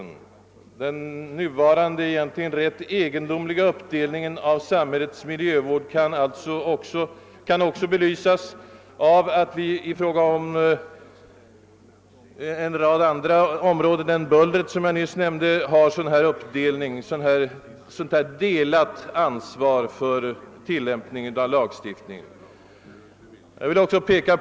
Den nuvarande egentligen rätt egendomliga uppdelningen av samhällets miljövård kan också belysas av att vi i fråga om en mängd andra miljöproblem än bullret, som jag nyss nämnde, har ett delat ansvar för tillämpningen av lagstiftning och andra bestämmelser.